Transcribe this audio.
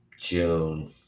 June